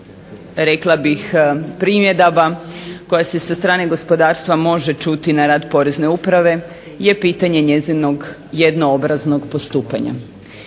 rekla bih primjedbi koja se sa strane gospodarstva može čuti na rad Porezne uprave je pitanje njezinog jednoobraznog postupanja.